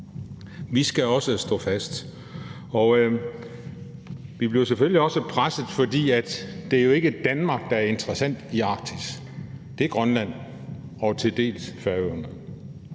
Vi skal også stå fast. Og vi bliver selvfølgelig også presset, fordi det jo ikke er Danmark, der er interessant i Arktis. Det er Grønland og til dels Færøerne.